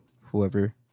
whoever